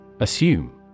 Assume